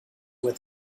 with